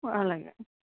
అలాగే